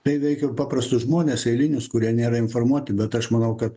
tai veikia ir paprastus žmones eilinius kurie nėra informuoti bet aš manau kad